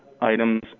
items